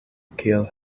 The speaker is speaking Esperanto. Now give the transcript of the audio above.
kiel